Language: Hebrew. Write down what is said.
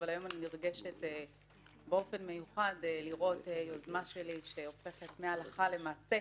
אבל היום אני נרגשת באופן מיוחד לראות שיוזמה שלי הופכת מהלכה למעשה.